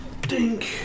Dink